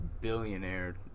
billionaire